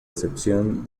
excepción